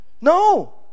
no